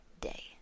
day